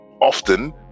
often